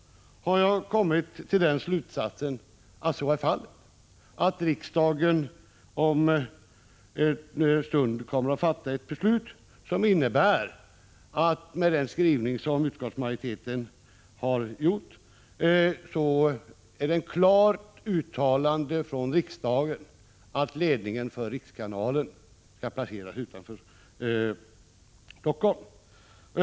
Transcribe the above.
1985/86:160 «kommit till den slutsatsen att så är fallet — att riksdagen om en stund kommer att fatta ett beslut som, med den skrivning utskottsmajoriteten har gjort, innebär ett klart uttalande från riksdagen att ledningen för rikskanalen skall placeras utanför Helsingfors.